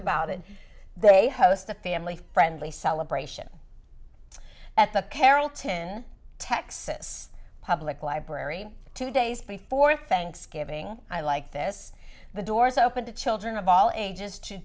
about it they host a family friendly celebration at the carrollton texas public library two days before thanksgiving i like this the doors open to children of all ages to